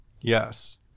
Yes